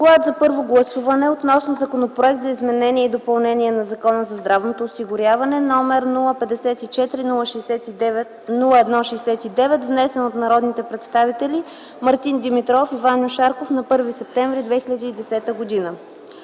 приеме на първо гласуване Законопроекта за изменение и допълнение на Закона за здравното осигуряване, № 54-01-69, внесен от народните представители Мартин Димитров и Ваньо Шарков на 1 септември 2010 г.”